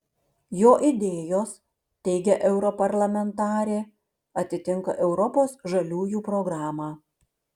jo idėjos teigia europarlamentarė atitinka europos žaliųjų programą